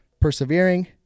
persevering